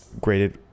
graded